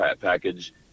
package